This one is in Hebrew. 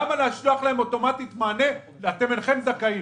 למה לשלוח להם אוטומטית מענה: אתם אינכם זכאים.